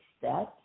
steps